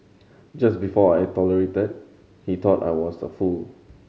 just before I tolerated he thought I was a fool